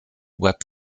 web